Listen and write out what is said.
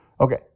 Okay